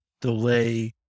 delay